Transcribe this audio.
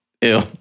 Ew